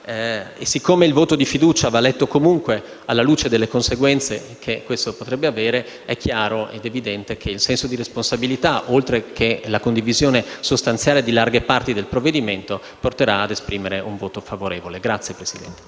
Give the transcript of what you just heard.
e siccome il voto di fiducia va letto comunque alla luce delle conseguenze che questo potrebbe avere, è chiaro ed evidente che il senso di responsabilità, oltre che la condivisione sostanziale di larghe parti del provvedimento porterà ad esprimere un voto favorevole. PRESIDENTE.